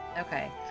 okay